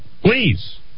please